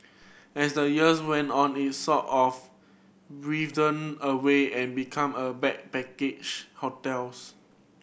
as the years went on it sort of withered away and become a backpacker's hotels